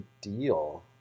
deal